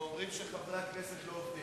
ואומרים שחברי הכנסת לא עובדים,